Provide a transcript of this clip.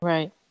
Right